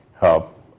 help